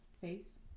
face